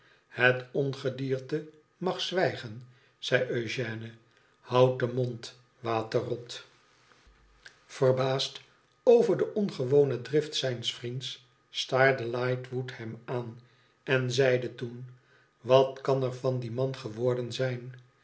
ihet ongedierte mag zwijgen zei eugène houd den mond waterrot verbaasd over de ongewone drift zijns vriends staarde lightwood hem aan en zeide toen i wat kan er van dien man geworden zijn